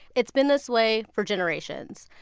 it's been this way for generations.